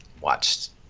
watched